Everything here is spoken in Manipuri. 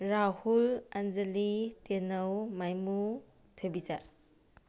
ꯔꯥꯍꯨꯜ ꯑꯟꯖꯂꯤ ꯇꯦꯅꯧ ꯃꯥꯏꯃꯨ ꯊꯣꯏꯕꯤꯆꯥ